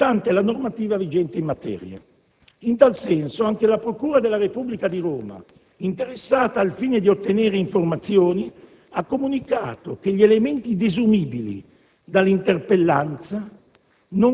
stante la normativa vigente in materia. In tal senso, anche la procura della Repubblica di Roma, interessata al fine di ottenere informazioni, ha comunicato che gli elementi desumibili dall'interpellanza